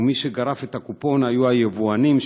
ומי שגרפו את הקופון היו היבואנים,